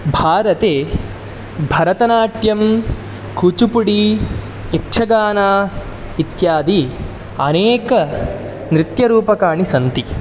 भारते भरतनाट्यं कुचुपुडि यक्षगान इत्यादि अनेकनृत्यरूपकाणि सन्ति